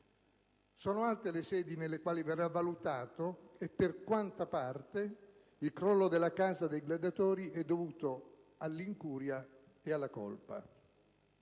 Sono altre le sedi in cui verrà valutato se e per quanta parte il crollo della Casa dei gladiatori è dovuto all'incuria e alla colpa.